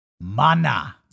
Mana